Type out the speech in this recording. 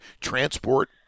transport